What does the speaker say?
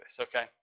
okay